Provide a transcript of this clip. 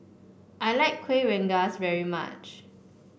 I like Kuih Rengas very much